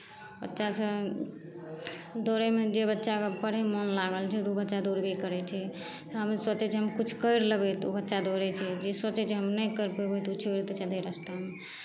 बच्चा सभ दौड़यमे जे बच्चाके पढ़यमे मोन लागल छै तऽ ओ बच्चा दौड़बे करै छै हम सोचै छियै हम किछु करि लेबै तऽ ओ बच्चा दौड़ै छै जे सोचै छै हम नहि करि पयबै तऽ ओ छोड़ि कऽ चले रस्तामे